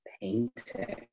Painting